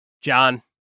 John